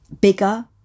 bigger